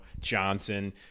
Johnson